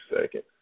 second